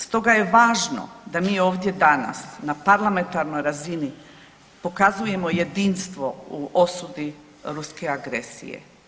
Stoga je važno da mi ovdje danas na parlamentarnoj razini pokazujemo jedinstvo u osudi ruske agresije.